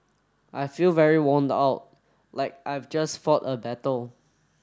I feel very worn out like I've just fought a battle